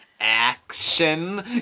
action